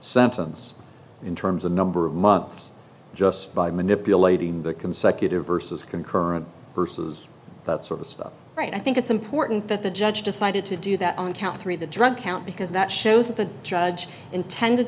sentence in terms of number of months just by manipulating the consecutive versus concurrent versus but sort of stuff right i think it's important that the judge decided to do that on count three the drug count because that shows that the judge intended